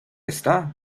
está